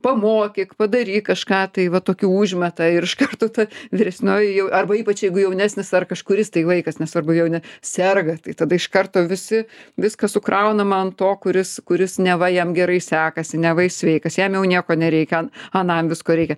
pamokyk padaryk kažką tai va tokių užmeta ir iš karto ta vyresnioji jau arba ypač jeigu jaunesnis ar kažkuris tai vaikas nesvarbu jau ne serga tai tada iš karto visi viskas sukraunama ant to kuris kuris neva jam gerai sekasi neva jis sveikas jam jau nieko nereikia anam visko reikia